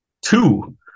two